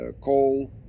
coal